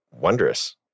wondrous